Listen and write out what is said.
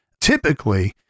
typically